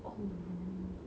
oh no